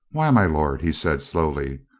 why, my lord, he said slowly,